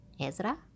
Ezra